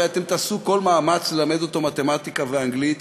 הרי אתם תעשו כל מאמץ ללמד אותו מתמטיקה ואנגלית,